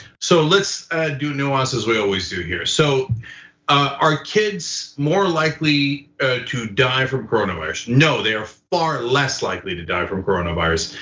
so let's do nuance as we always do here. so are kids more likely to die from coronavirus? no, they are far less likely to die from coronavirus,